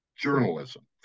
journalism